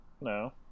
no